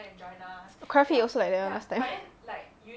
craft it also like that one last time